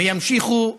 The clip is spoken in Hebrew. וימשיכו לעבוד,